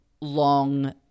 long